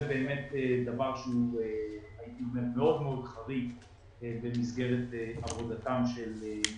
באמת דבר שהוא מאוד מאוד חריג במסגרת עבודתם של נגידים.